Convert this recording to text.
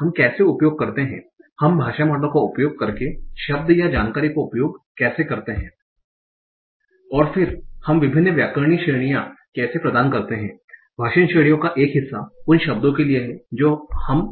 हम कैसे उपयोग करते हैं हम भाषा मॉडल का उपयोग करके शब्द या जानकारी का उपयोग कैसे करते हैं और फिर हम विभिन्न व्याकरणिक श्रेणियां कैसे प्रदान करते हैं भाषण श्रेणियों का एक हिस्सा उन शब्दों के लिए है जो हम